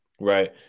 right